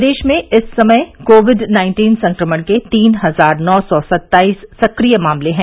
प्रदेश में इस समय कोविड नाइन्टीन संक्रमण के तीन हजार नौ सौ सत्ताईस सक्रिय मामले हैं